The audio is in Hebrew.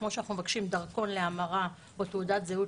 כמו שאנחנו מבקשים דרכון להמרה או תעודת זהות